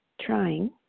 trying